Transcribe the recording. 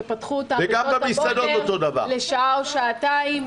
שפתחו אותם בשעות הבוקר לשעה או שעתיים,